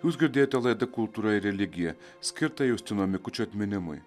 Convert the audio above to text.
jūs girdėjote laidą kultūra ir religija skirtą justino mikučio atminimui